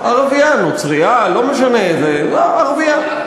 ערבייה-נוצרייה, לא משנה, ערבייה.